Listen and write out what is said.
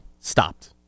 stopped